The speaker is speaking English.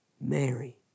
Mary